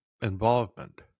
involvement